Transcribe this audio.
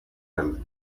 tell